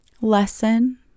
lesson